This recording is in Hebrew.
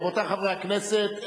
רבותי חברי הכנסת,